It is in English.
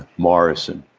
morrison.